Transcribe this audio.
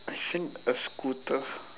I think a scooter